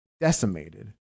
decimated